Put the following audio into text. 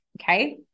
Okay